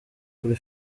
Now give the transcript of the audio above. kuri